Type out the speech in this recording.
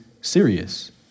serious